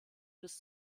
bis